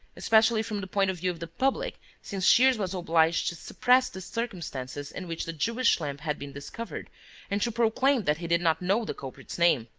especially from the point of view of the public, since shears was obliged to suppress the circumstances in which the jewish lamp had been discovered and to proclaim that he did not know the culprit's name.